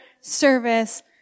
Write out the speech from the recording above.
service